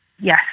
Yes